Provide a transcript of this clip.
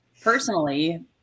personally